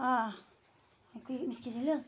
آ